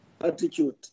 attitude